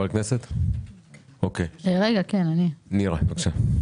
נירה, בבקשה.